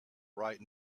right